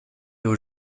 aux